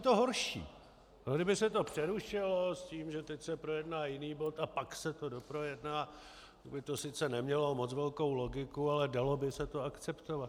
Ono kdyby se to přerušilo s tím, že teď se projedná jiný bod a pak se to doprojedná, tak by to sice nemělo moc velkou logiku, ale dalo by se to akceptovat.